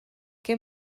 què